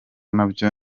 nabyo